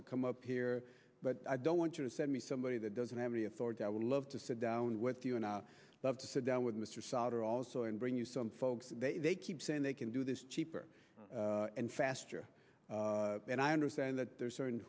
to come up here but i don't want you to send me somebody that doesn't have any authority i would love to sit down with you and i love to sit down with mr solder also and bring you some folks and they keep saying they can do this cheaper and faster and i understand that there are certain